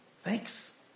thanks